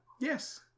Yes